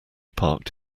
parked